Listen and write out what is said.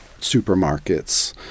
supermarkets